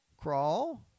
Crawl